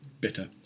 bitter